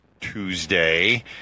Tuesday